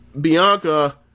Bianca